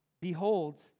behold